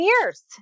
years